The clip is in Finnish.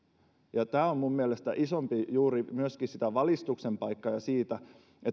tämä on minun mielestäni myöskin valistuksen paikka ja